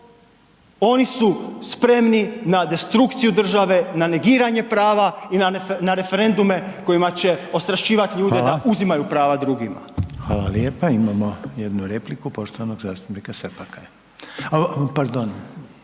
oni su spremni na destrukciju države, na negiranje prava i na referendume kojima će ostrašćivati ljude da uzimaju prava drugima. **Reiner, Željko (HDZ)** Hvala lijepa. Imamo jednu repliku poštovanog zastupnika Srpaka pardon,